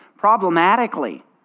problematically